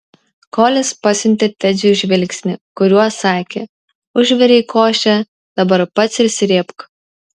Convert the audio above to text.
kolis pasiuntė tedžiui žvilgsnį kuriuo sakė užvirei košę dabar pats ir srėbk